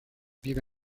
vive